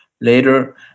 later